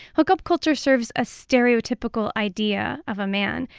hookup culture serves a stereotypical idea of a man.